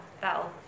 that'll